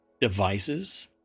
devices